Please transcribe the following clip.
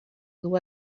duu